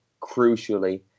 crucially